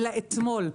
אלא אתמול,